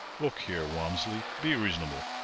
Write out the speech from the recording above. look here, walmsley, be reasonable!